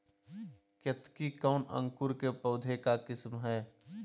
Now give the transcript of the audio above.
केतकी कौन अंकुर के पौधे का किस्म है?